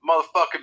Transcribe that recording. motherfucking